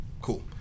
cool